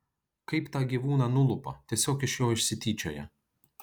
kaip tą gyvūną nulupa tiesiog iš jo išsityčioja